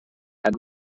had